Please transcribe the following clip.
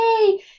Yay